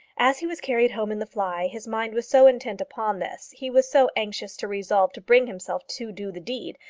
as he was carried home in the fly, his mind was so intent upon this, he was so anxious to resolve to bring himself to do the deed,